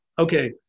Okay